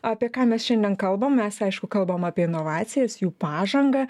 apie ką mes šiandien kalbam mes aišku kalbam apie inovacijas jų pažangą